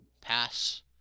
Pass